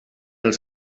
els